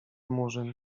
murzyn